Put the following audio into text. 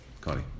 Connie